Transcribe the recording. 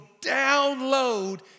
download